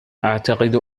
أعتقد